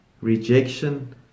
rejection